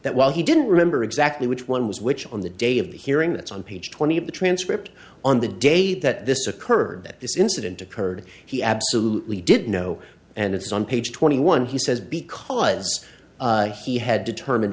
that while he didn't remember exactly which one was which on the day of the hearing that's on page twenty of the transcript on the day that this occurred that this incident occurred he absolutely did know and it's on page twenty one he says because he had determine